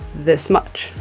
this much.